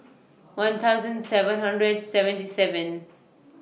one thousand seven hundred seventy seven